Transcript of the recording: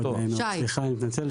סליחה, אני מתנצל.